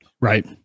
Right